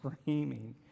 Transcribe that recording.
screaming